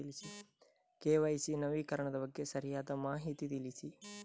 KYC ನವೀಕರಣದ ಬಗ್ಗೆ ಸರಿಯಾದ ಮಾಹಿತಿ ತಿಳಿಸಿ?